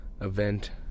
event